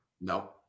No